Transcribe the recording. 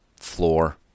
Floor